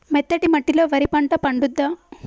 మెత్తటి మట్టిలో వరి పంట పండుద్దా?